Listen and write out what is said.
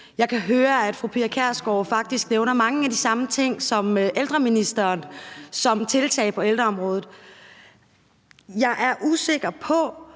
Jeg kan høre, at fru Pia Kjærsgaard faktisk nævner mange af de samme ting, som ældreministeren nævner som tiltag på ældreområdet. Jeg er usikker på,